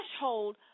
threshold